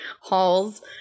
halls